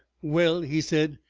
well, he said,